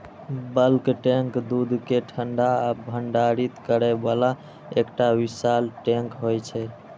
bulk tank दूध कें ठंडा आ भंडारित करै बला एकटा विशाल टैंक होइ छै